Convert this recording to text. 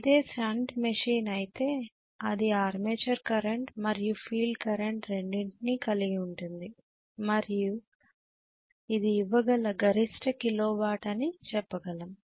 ఇదే shunt machine అయితే ఇది ఆర్మేచర్ కరెంట్ మరియు ఫీల్డ్ కరెంట్ రెండింటినీ కలిగి ఉంటుంది మరియు ఇది ఇవ్వగల గరిష్ట కిలో వాట్ అని చెప్పగలం